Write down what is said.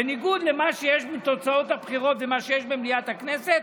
בניגוד למה שיש בתוצאות הבחירות ולמה שיש במליאת הכנסת,